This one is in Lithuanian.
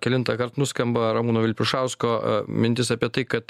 kelintąkart nuskamba ramūno vilpišausko mintis apie tai kad